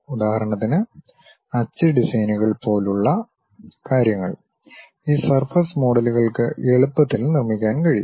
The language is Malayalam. ഉദാഹരണത്തിന് അച്ച് ഡിസൈനുകൾ പോലെയുള്ള കാര്യങ്ങൾ ഈ സർഫസ് മോഡലുകൾക്ക് എളുപ്പത്തിൽ നിർമ്മിക്കാൻ കഴിയും